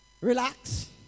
Relax